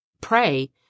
pray